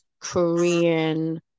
Korean